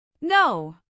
No